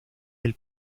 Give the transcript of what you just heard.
del